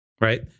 Right